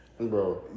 Bro